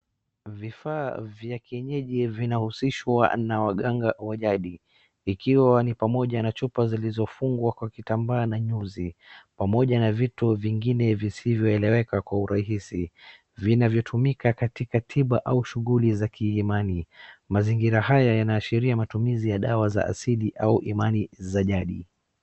Vifaa vya kienyeji vinahusishwa na waganga wa jadi. vikiwa ni pamoja na chupa zilizofungwa kwa kitambaa na nyuzi, pamoja na vitu vingine visivyoeleweka kwa urahisi vinavyotumika kwenye tiba au shughuli za kiimani. Mazingira haya yanaashiria matumizi ya dawa za asili au imani za jadi.